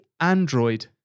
Android